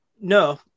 no